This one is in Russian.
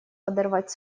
подорвать